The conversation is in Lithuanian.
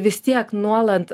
vis tiek nuolat